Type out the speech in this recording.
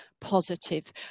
positive